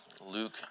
Luke